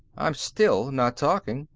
i'm still not talking,